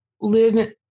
live